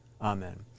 Amen